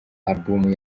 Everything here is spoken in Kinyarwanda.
album